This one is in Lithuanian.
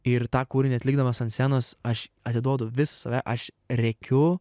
ir tą kūrinį atlikdamas ant scenos aš atiduodu visą save aš rėkiu